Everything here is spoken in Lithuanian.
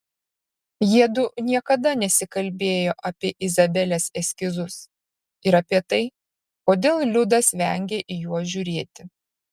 jiedu niekada nesikalbėjo apie izabelės eskizus ir apie tai kodėl liudas vengia į juos žiūrėti